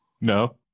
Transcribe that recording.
No